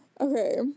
okay